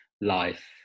life